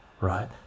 right